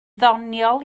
ddoniol